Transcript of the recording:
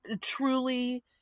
truly